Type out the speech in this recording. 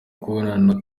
kubona